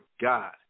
God